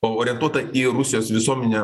orientuota į rusijos visuomenę